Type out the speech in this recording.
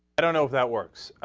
i don't know if that works ah.